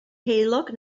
heulog